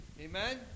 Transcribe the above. Amen